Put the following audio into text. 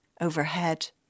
overhead